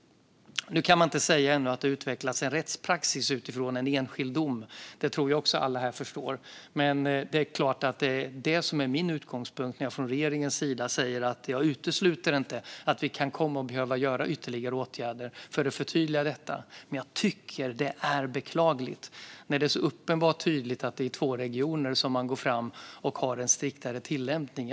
Man kan ännu inte säga att det utvecklats en rättspraxis utifrån en enskild dom; det tror jag att alla här förstår. Men det är klart att det är det som är min utgångspunkt när jag från regeringens sida säger att jag inte utesluter att vi kan komma att behöva vidta ytterligare åtgärder för att förtydliga detta. Jag tycker att det är beklagligt när det är så uppenbart tydligt att det är i två regioner som man går fram och har en striktare tillämpning.